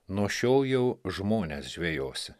nuo šiol jau žmones žvejosi